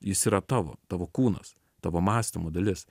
jis yra tavo tavo kūnas tavo mąstymo dalis